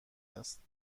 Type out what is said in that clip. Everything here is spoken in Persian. است